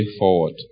forward